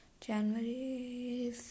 January